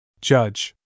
Judge